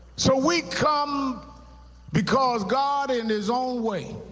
so we come because god in his own way,